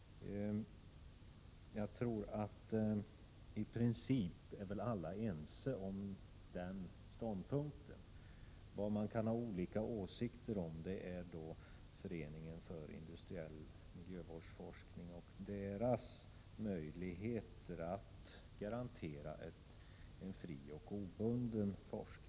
I princip är väl alla ense om den ståndpunkten. Vad man kan ha olika åsikter om är vilka möjligheter Föreningen för industriell miljövårdsforskning har att garantera en fri och obunden forskning.